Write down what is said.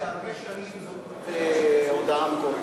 שהרבה שנים זאת הודעה מקורית.